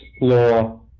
law